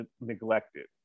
neglected